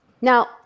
Now